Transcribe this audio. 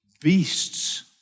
beasts